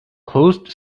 closed